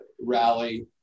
rally